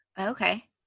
Okay